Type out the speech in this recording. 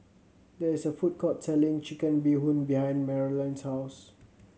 there is a food court selling Chicken Bee Hoon behind Marolyn's house